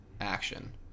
Action